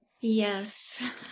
Yes